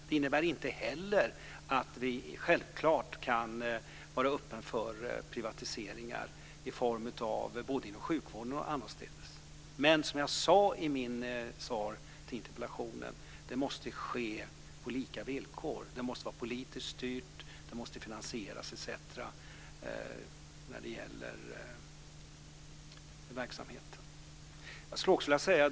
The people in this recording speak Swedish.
Det innebär självklart inte heller att vi inte kan vara öppna för privatiseringar både inom sjukvården och annorstädes. Men som jag sade i mitt svar på interpellationen måste det ske på lika villkor. Det måste vara politiskt styrt, verksamheten måste finansieras etc. Jag skulle också vilja säga en annan sak.